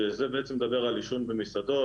שזה בעצם מדבר על עישון במסעדות.